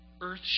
earth